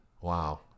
Wow